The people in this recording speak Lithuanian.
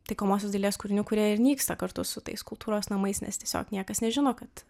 taikomosios dailės kūrinių kurie ir nyksta kartu su tais kultūros namais nes tiesiog niekas nežino kad